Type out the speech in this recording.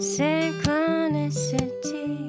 synchronicity